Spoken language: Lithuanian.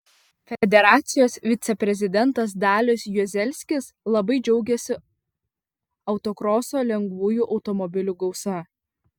federacijos viceprezidentas dalius juozelskis labai džiaugėsi autokroso lengvųjų automobilių gausa